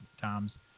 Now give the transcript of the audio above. times